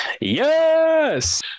Yes